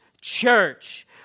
church